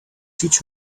teach